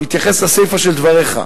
בהתייחס לסיפא של דבריך,